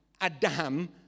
Adam